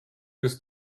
with